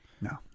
no